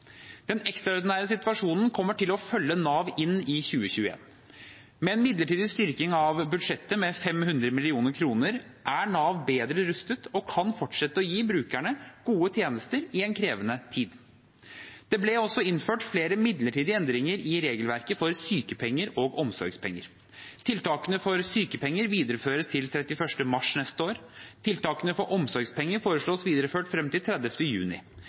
Den ekstraordinære situasjonen kommer til å følge Nav inn i 2021. Med en midlertidig styrking av budsjettet med 500 mill. kr er Nav bedre rustet og kan fortsette å gi brukerne gode tjenester i en krevende tid. Det ble også innført flere midlertidige endringer i regelverket for sykepenger og omsorgspenger. Tiltakene for sykepenger videreføres til 31. mars neste år. Tiltakene for omsorgspenger foreslås videreført frem til 30. juni.